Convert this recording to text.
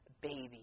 baby